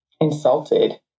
insulted